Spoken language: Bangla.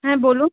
হ্যাঁ বলুন